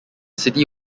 city